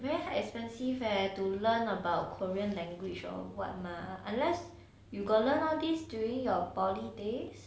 you know expensive leh to learn about korean language or what mah unless you got learn all these during your poly days